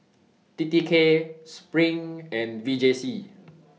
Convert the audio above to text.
T T K SPRING and V J C